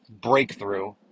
breakthrough